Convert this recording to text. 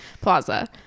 plaza